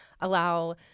allow